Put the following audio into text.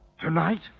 Tonight